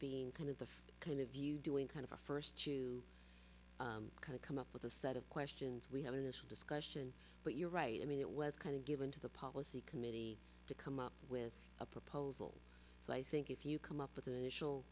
being kind of the kind of you doing kind of a first to kind of come up with a set of questions we have an issue discussion but you're right i mean it was kind of given to the policy committee to come up with a proposal so i think if you come up with the initial